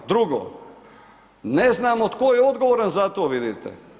Drugo, ne znamo tko je odgovoran za to, vidite.